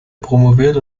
promoviert